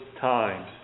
times